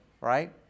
right